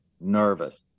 nervous